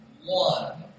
one